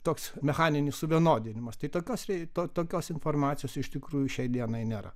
toks mechaninis suvienodinimas tai tokios tokios informacijos iš tikrųjų šiai dienai nėra